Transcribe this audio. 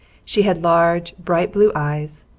she had large, bright-blue eyes,